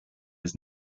his